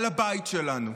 על הבית שלנו.